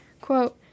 quote